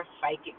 psychic